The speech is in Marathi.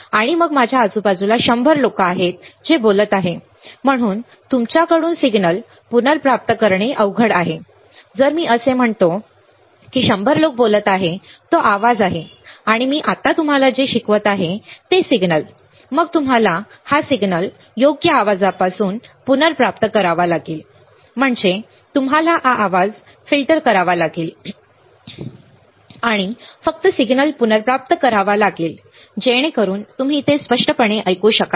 आणि मग माझ्या आजूबाजूला 100 लोक आहेत जे बोलत आहेत म्हणून तुमच्याकडून सिग्नल पुनर्प्राप्त करणे अवघड आहे जर मी असे म्हणतो की 100 लोक बोलत आहेत तो आवाज आहे आणि मी आत्ता तुम्हाला जे शिकवत आहे ते आहे सिग्नल मग तुम्हाला हा सिग्नल योग्य आवाजापासून पुनर्प्राप्त करावा लागेल म्हणजे तुम्हाला हा आवाज फिल्टर करावा लागेल आणि फक्त सिग्नल पुनर्प्राप्त करावा लागेल जेणेकरून तुम्ही ते स्पष्टपणे ऐकू शकाल